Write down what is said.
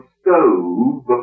stove